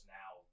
now